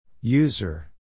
User